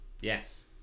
Yes